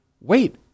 wait